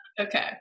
okay